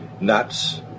nuts